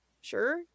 sure